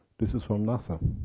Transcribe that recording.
this is from nasa.